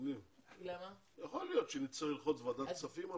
יכול להיות שנצטרך ללחוץ בוועדת כספים.